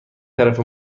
طرف